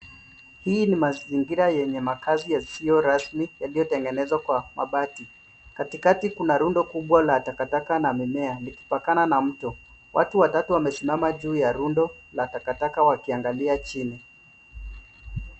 Hii ni mazingira yenye makaazi yasiyo rasmi yaliyo tengenezwa kwa mabati. Katikati kuna rundo kubwa la takataka na mimea, vikipakana na mto. Watu watatu wamesimama juu ya rundo la takataka, wakiangalia chini.